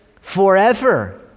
forever